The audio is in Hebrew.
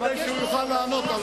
כדי שיוכל לענות על,